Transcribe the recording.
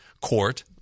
Court